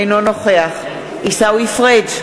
אינו נוכח עיסאווי פריג'